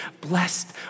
Blessed